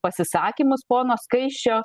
pasisakymus pono skaisčio